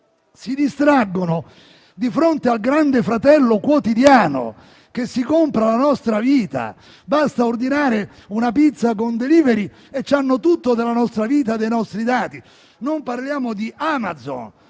si distraggono di fronte al Grande fratello quotidiano che si compra la nostra vita. Basta ordinare una pizza con *delivery* e hanno tutto della nostra vita e dei nostri dati. Non parliamo di Amazon,